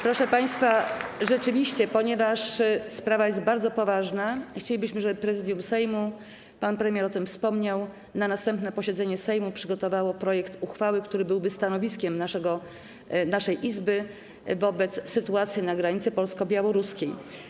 Proszę państwa, ponieważ sprawa jest bardzo poważna, chcielibyśmy, żeby Prezydium Sejmu, pan premier o tym wspomniał, na następne posiedzenie Sejmu przygotowało projekt uchwały, który byłby stanowiskiem naszej Izby wobec sytuacji na granicy polsko-białoruskiej.